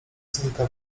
znika